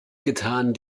getan